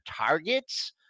targets